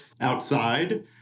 outside